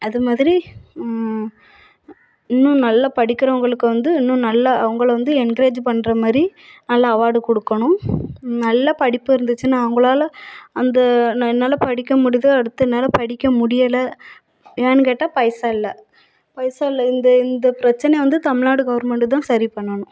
அது மாதிரி இன்னும் நல்லா படிக்கிறவங்களுக்கு வந்து இன்னும் நல்லா உங்களை வந்து என்கரேஜ் பண்ணுற மாதிரி நல்லா அவார்டு கொடுக்கணும் நல்ல படிப்பு இருந்துச்சின்னால் அவங்களால் அந்த என்னால் படிக்க முடியுது அடுத்து என்னால படிக்க முடியலை ஏன்னு கேட்டால் பைசா இல்லை பைசா இல்லை இந்த இந்த பிரச்சனைய வந்து தமிழ்நாடு கவர்மெண்டு தான் சரி பண்ணணும்